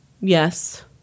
yes